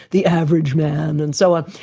the average man and so on.